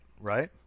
right